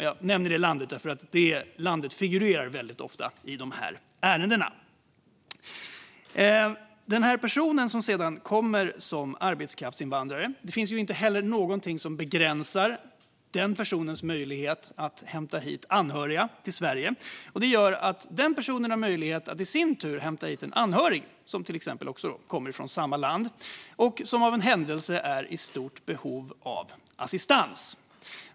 Jag nämner detta land eftersom det väldigt ofta figurerar i dessa ärenden. När en person sedan kommer som arbetskraftsinvandrare finns det inget som begränsar dennes möjlighet att hämta hit anhöriga till Sverige. Det gör att personen i fråga i sin tur har möjlighet att hämta hit en anhörig som kanske också kommer från samma land och som av en händelse är i stort behov av assistans.